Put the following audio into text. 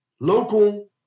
local